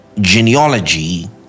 genealogy